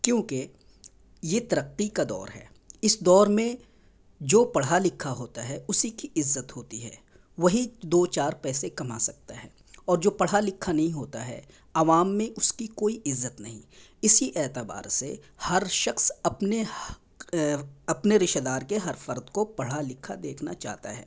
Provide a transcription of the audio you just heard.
کیونکہ یہ ترقی کا دور ہے اس دور میں جو پڑھا لکھا ہوتا ہے اسی کی عزت ہوتی ہے وہی دو چار پیسے کما سکتا ہے اور جو پڑھا لکھا نہیں ہوتا ہے عوام میں اس کی کوئی عزت نہیں اسی اعتبار سے ہر شخص اپنے اپنے رشتہ دار کے ہر فرد کو پڑھا لکھا دیکھنا چاہتا ہے